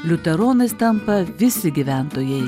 liuteronais tampa visi gyventojai